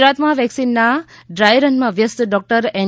ગુજરાતમાં વેક્સિનના ડ્રાય રનમાં વ્યસ્ત ડૉક્ટર એન